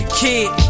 kid